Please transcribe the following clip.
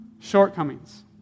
shortcomings